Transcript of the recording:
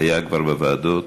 זה כבר היה בוועדות.